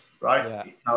right